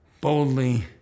boldly